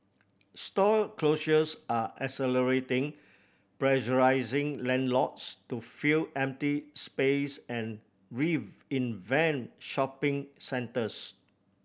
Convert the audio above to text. store closures are accelerating pressuring landlords to fill empty space and reinvent shopping centres